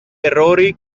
errori